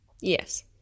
Yes